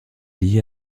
lié